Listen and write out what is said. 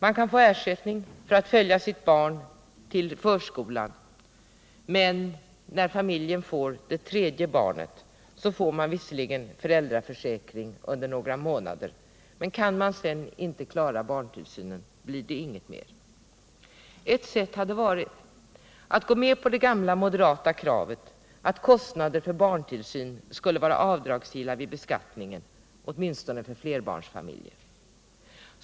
Man kan få ersättning för att följa sitt barn till förskolan. När familjen får det tredje barnet får man visserligen föräldraförsäkring under några månader, men kan man sedan inte klara barntillsynen blir det inget mer. Ett sätt att lösa detta hade varit att gå med på det gamla moderata kravet, att kostnader för barntillsyn skulle vara avdragsgilla vid beskattningen — åtminstone för flerbarnsfamiljer.